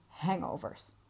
hangovers